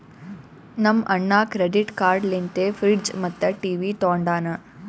ನಮ್ ಅಣ್ಣಾ credit card ಲಿಂತೆ ಫ್ರಿಡ್ಜ್ ಮತ್ತ ಟಿವಿ ತೊಂಡಾನ